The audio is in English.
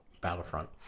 Battlefront